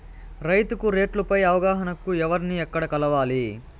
రైతుకు రేట్లు పై అవగాహనకు ఎవర్ని ఎక్కడ కలవాలి?